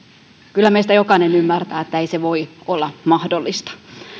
kyllä meistä jokainen ymmärtää että ei se voi olla mahdollista